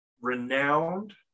renowned